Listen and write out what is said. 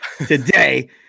today